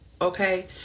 okay